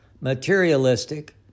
materialistic